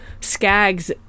skaggs